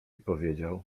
powiedział